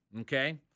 okay